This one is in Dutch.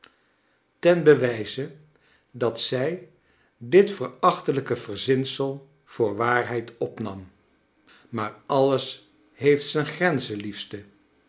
ten bewijze dat zij dit verachtelijke verzinsel voor waarheid opnam maar alles heeft zijn grenzen liefste